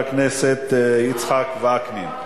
חבר הכנסת יצחק וקנין.